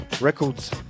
Records